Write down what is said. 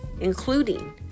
including